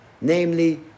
Namely